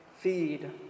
feed